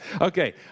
Okay